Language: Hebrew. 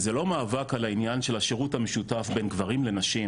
זה לא מאבק על העניין של השירות המשותף בין גברים לנשים,